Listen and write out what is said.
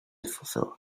fulfill